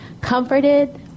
comforted